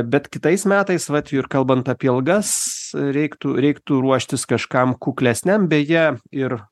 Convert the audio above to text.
bet kitais metais vat ir kalbant apie algas reiktų reiktų ruoštis kažkam kuklesniam beje ir